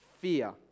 fear